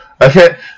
Okay